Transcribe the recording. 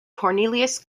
cornelius